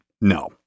No